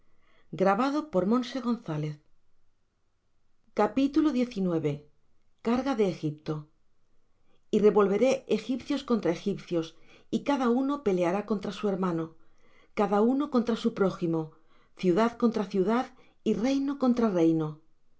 de sión carga de egipto y revolveré egipcios contra egipcios y cada uno peleará contra su hermano cada uno contra su prójimo ciudad contra ciudad y reino contra reino